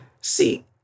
See